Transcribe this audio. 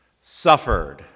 Suffered